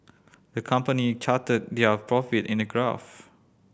the company charted their profit in a graph